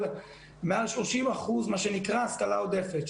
יותר מ-30% של מה שנקרא השכלה עודפת,